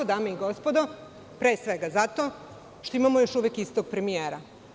Dame i gospodo, pre svega zato što imamo još uvek istog premijera.